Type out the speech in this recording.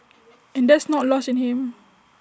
and that's not lost in him